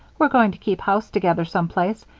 we're going to keep house together some place,